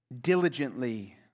diligently